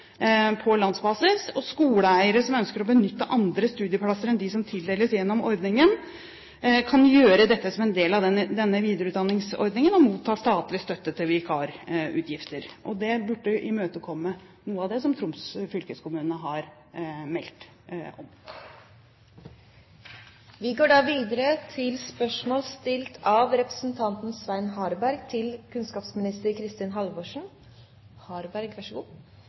på landsbasis. Skoleeiere som ønsker å benytte andre studieplasser enn de som tildeles gjennom ordningen, kan gjøre dette som del av denne videreutdanningsordningen og motta statlig støtte til vikarutgifter.» Det burde imøtekomme noe av det som Troms fylkeskommune har meldt om. Jeg stiller følgende spørsmål til kunnskapsministeren: «Fylkesmannsembetet opplever stadige henvendelser om godkjenning av